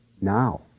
now